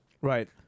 Right